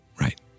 Right